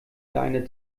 deine